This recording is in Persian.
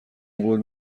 قول